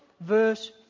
verse